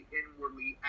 inwardly